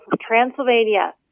Transylvania